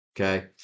okay